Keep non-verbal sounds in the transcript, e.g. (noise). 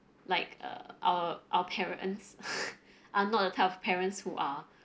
like uh our our parents (noise) are not the type of parents who are